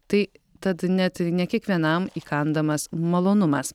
tai tad net ne kiekvienam įkandamas malonumas